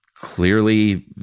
Clearly